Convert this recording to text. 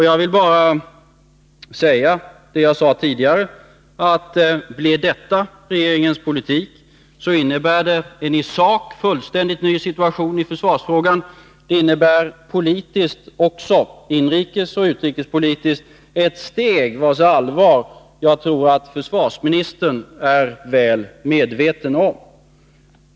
Jag vill bara säga det jag sade tidigare, att blir detta regeringens politik, innebär det en i sak fullständigt ny situation i försvarsfrågan. Det innebär politiskt — inrikesoch utrikespolitiskt — ett steg vars allvar jag tror att försvarsministern är väl medveten om.